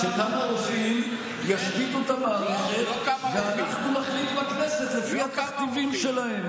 שכמה רופאים ישביתו את המערכת ואנחנו נחליט בכנסת לפי התכתיבים שלהם.